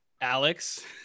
Alex